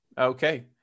Okay